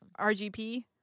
rgp